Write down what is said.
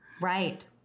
Right